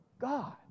God